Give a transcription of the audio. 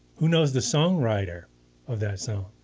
who knows the songwriter of that so